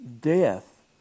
death